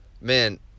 Man